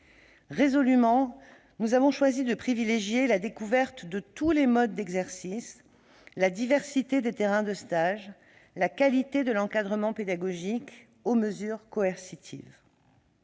résolument choisi de privilégier la découverte de tous les modes d'exercice, la diversité des terrains de stage et la qualité de l'encadrement pédagogique plutôt que les mesures coercitives.